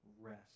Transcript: rest